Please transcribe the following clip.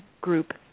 group